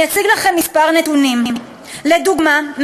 אציג לכם נתונים מספר: לדוגמה,